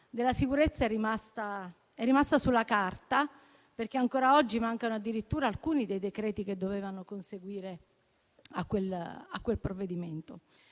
della sicurezza è rimasta sulla carta, in quanto ancora oggi mancano addirittura alcuni dei decreti che dovevano seguire a quel provvedimento.